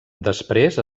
després